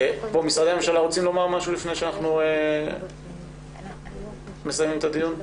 משרדי הממשלה רוצים לומר משהו לפני שאנחנו מסיימים את הדיון?